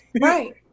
right